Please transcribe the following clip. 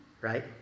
right